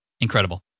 Incredible